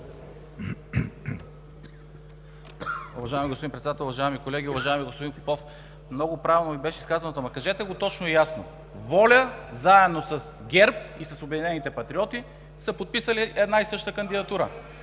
ВОЛЯ, заедно с ГЕРБ и с „Обединените патриоти“ са подписали една и съща кандидатура